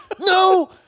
No